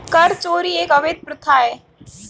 कर चोरी एक अवैध प्रथा है